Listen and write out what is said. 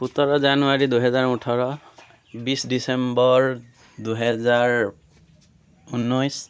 সোতৰ জানুৱাৰী দুহেজাৰ ওঠৰ বিশ ডিচেম্বৰ দুহেজাৰ ঊনৈছ